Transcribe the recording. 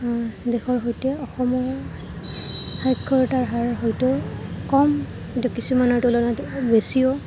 দেশৰ সৈতে অসমৰ সাক্ষৰতাৰ হাৰ হয়তো কম কিন্তু কিছমানৰ তুলনাত বেছিও